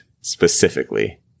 specifically